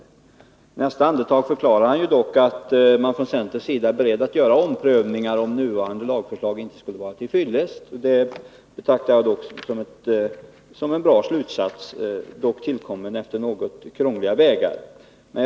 I nästa andetag förklarar han dock att centern är beredd att göra omprövningar om nuvarande lagförslag inte skulle vara till fyllest. Detta betraktar jag som en bra slutsats, tillkommen efter något krångliga turer.